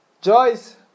Joyce